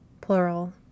plural